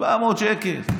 700 שקל.